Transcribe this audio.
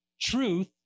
Truth